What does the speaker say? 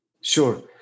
Sure